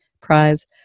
Prize